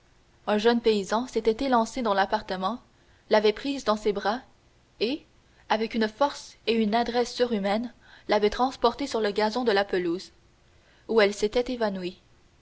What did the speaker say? un jeune paysan s'était élancé dans l'appartement l'avait prise dans ses bras et avec une force et une adresse surhumaines l'avait transportée sur le gazon de la pelouse où elle s'était évanouie